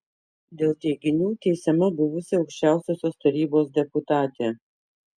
dėl teiginių teisiama buvusi aukščiausiosios tarybos deputatė